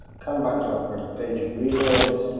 come back to our front page reload,